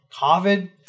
covid